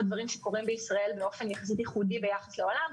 דברים שקורים בישראל באופן ייחודי ביחס לעולם,